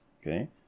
Okay